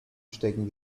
stecken